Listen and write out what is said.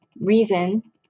reason